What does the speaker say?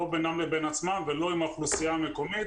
לא בינם לבין עצמם ולא עם האוכלוסייה המקומית,